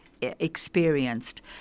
experienced